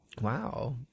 Wow